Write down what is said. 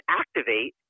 activate